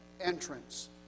entrance